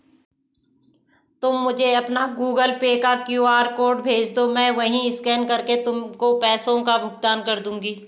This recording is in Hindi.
तुम मुझे अपना गूगल पे का क्यू.आर कोड भेजदो, मैं वहीं स्कैन करके तुमको पैसों का भुगतान कर दूंगी